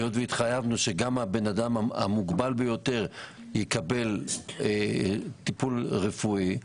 והיות והתחייבנו שגם הבן אדם המוגבל ביותר יקבל טיפול רפואי,